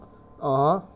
uh